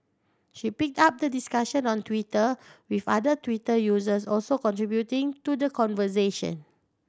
she picked up the discussion on Twitter with other Twitter users also contributing to the conversation